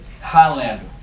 Highlander